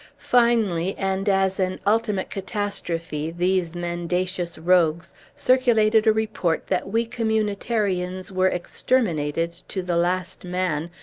finally, and as an ultimate catastrophe, these mendacious rogues circulated a report that we communitarians were exterminated, to the last man,